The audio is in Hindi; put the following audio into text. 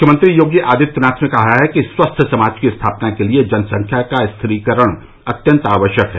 मुख्यमंत्री योगी आदित्यनाथ ने कहा है कि स्वस्थ समाज की स्थापना के लिये जनसंख्या का स्थिरीकरण अत्यन्त आवश्यक है